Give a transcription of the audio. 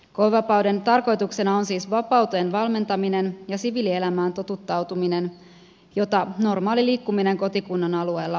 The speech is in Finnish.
koevapauden tarkoituksena on siis vapauteen valmentaminen ja siviilielämään totuttautuminen jota normaali liikkuminen kotikunnan alueella edesauttaa